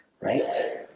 Right